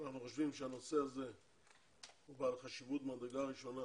כולנו חושבים שהנושא הזה הוא בעל חשיבות ממדרגה ראשונה